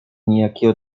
niejakiej